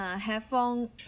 headphone